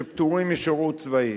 שפטורים משירות צבאי.